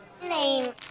Name